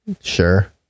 Sure